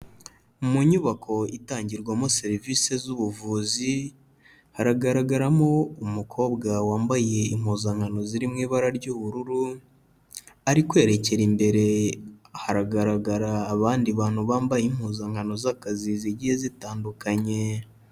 Mu nyubako itangirwamo serivisi z'ubuvuzi, haragaragaramo umukobwa wambaye impuzankano ziri mu ibara ry'ubururu, ari kwerekera imbere hagaragara abandi bantu bambaye impuzankano z'akazi zigiye zitandukanye.